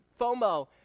FOMO